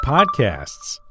Podcasts